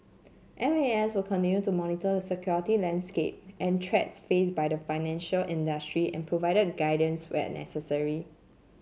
M A S will continue to monitor the security landscape and threats faced by the financial industry and provide the guidance where necessary